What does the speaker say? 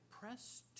press